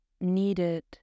needed